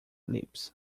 lips